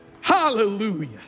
hallelujah